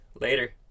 Later